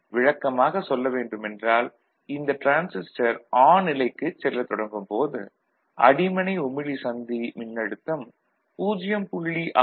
விளக்கமாக சொல்ல வேண்டுமென்றால் இந்த டிரான்சிஸ்டர் ஆன் நிலைக்குச் செல்லத் தொடங்கும் போது அடிமனை உமிழி சந்தி மின்னழுத்தம் 0